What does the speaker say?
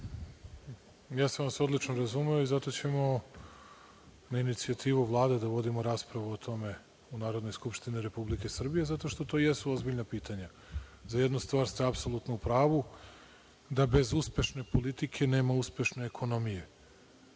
Ja sam vas odlično razumeo i zato ćemo na inicijativu Vlade da uvodimo raspravu o tome u narednoj Skupštini Republike Srbije, zato što to jesu ozbiljna pitanja.Za jednu stvar ste apsolutno u pravu, da bez uspešne politike nema uspešne ekonomije.